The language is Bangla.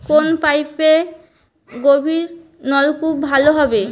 কোন পাইপে গভিরনলকুপ ভালো হবে?